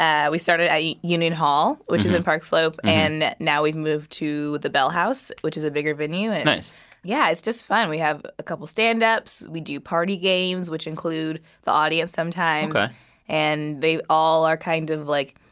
yeah we started at union hall, which is in park slope. and now we've moved to the bell house, which is a bigger venue at. nice yeah, it's just fun. we have a couple stand-ups. we do party games, which include the audience sometimes ok and they all are kind of, like,